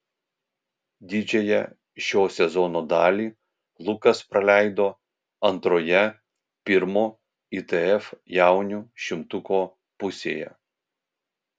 didžiąją šio sezono dalį lukas praleido antroje pirmo itf jaunių šimtuko pusėje